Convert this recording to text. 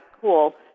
cool